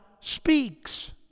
speaks